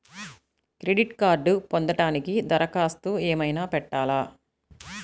Credit కార్డ్ను పొందటానికి దరఖాస్తు ఏమయినా పెట్టాలా?